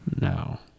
No